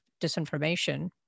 disinformation